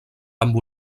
amb